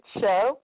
Show